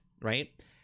right